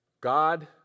God